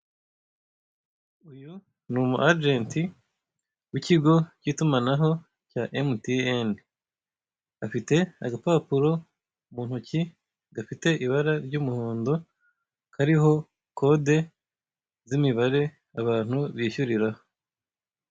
Uyu ni umu ajenti w'ikigo cyitumanaho cya MTN, afite agapapuro mu ntoki gafite ibara ry'umuhondo kariho kode zimibare abantu bishyuriraho.